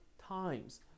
times